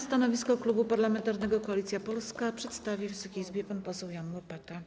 Stanowisko Klubu Parlamentarnego Koalicja Polska przedstawi Wysokiej Izbie pan poseł Jan Łopata.